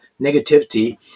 negativity